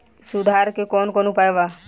सुधार के कौन कौन उपाय वा?